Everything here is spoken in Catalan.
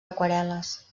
aquarel·les